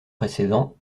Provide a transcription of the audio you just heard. précédents